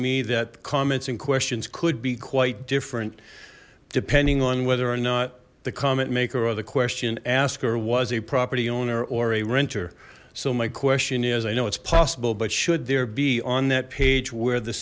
me that comments and questions could be quite different depending on whether or not the comet maker or the question asker was a property owner or a renter so my question is i know it's possible but should there be on that page where the